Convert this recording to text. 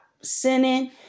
sinning